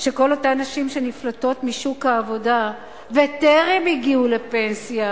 שכל אותן נשים שנפלטות משוק העבודה בטרם הגיעו לפנסיה,